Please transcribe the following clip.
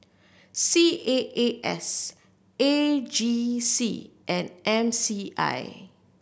C A A S A G C and M C I